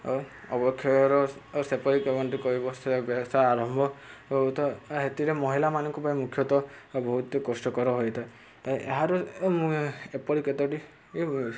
ଅବକ୍ଷୟର ସେପରି କେମତି କହିବ ସେ ବ୍ୟବସାୟ ଆରମ୍ଭ ହଉ ହେଥିରେ ମହିଳାମାନଙ୍କ ପାଇଁ ମୁଖ୍ୟତଃ ବହୁତ କଷ୍ଟକର ହୋଇଥାଏ ଏହାର ଏପରି କେତୋଟି